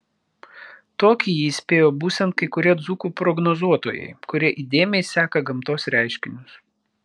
tokį jį įspėjo būsiant kai kurie dzūkų prognozuotojai kurie įdėmiai seka gamtos reiškinius